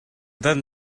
then